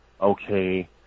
okay